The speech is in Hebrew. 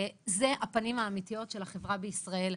זה הפנים האמיתיות של החברה בישראל.